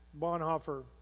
Bonhoeffer